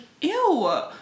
ew